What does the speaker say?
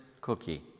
cookie